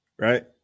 Right